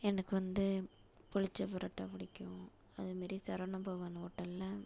எனக்கு வந்து புளித்த பரோட்டா பிடிக்கும் அதேமாரி சரவணபவன் ஹோட்டல்ல